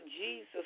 Jesus